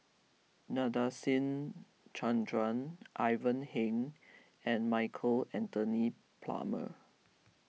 Nadasen Chandra Ivan Heng and Michael Anthony